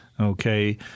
Okay